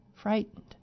Frightened